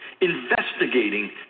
investigating